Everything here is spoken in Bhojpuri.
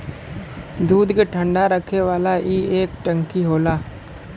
दूध के ठंडा रखे वाला ई एक टंकी होला